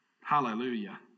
Hallelujah